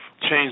change